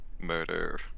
murder